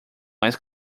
mais